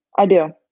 i do.